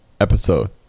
episode